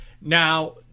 Now